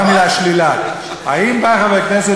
מה המילה "שלילת" האם בא חבר הכנסת